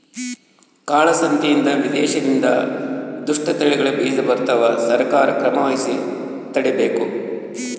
ಕಾಳ ಸಂತೆಯಿಂದ ವಿದೇಶದಿಂದ ದುಷ್ಟ ತಳಿಗಳ ಬೀಜ ಬರ್ತವ ಸರ್ಕಾರ ಕ್ರಮವಹಿಸಿ ತಡೀಬೇಕು